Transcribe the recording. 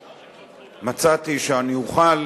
ומצאתי שאני אוכל